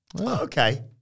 okay